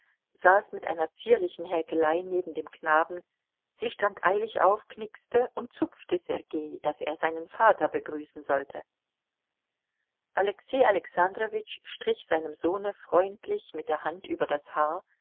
saß mit einer zierlichen häkelei neben dem knaben sie stand eilig auf knickste und zupfte sergei daß er seinen vater begrüßen sollte alexei alexandrowitsch strich seinem sohne freundlich mit der hand über das haar